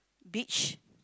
beach